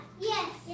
Yes